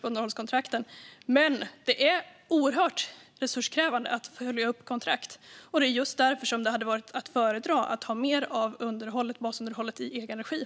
Det är dock oerhört resurskrävande att följa upp kontrakt, och just därför hade mer basunderhåll i egen regi varit att föredra.